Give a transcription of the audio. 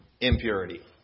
impurity